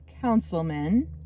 councilmen